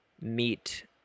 meet